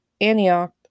Antioch